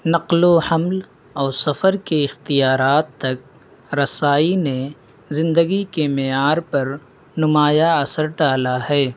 نقل و حمل اور سفر کے اختیارات تک رسائی نے زندگی کے معیار پر نمایاں اثر ڈالا ہے